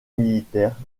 militaire